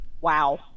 Wow